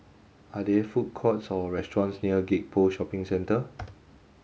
are there food courts or restaurants near Gek Poh Shopping Centre